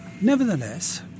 Nevertheless